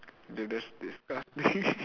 dude that's disgusting